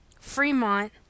Fremont